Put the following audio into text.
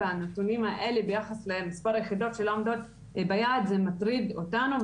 והנתונים האלה ביחס למספר היחידות שלא עומדות ביעד זה מטריד אותנו,